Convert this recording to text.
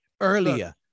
earlier